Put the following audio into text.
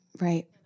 Right